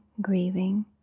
grieving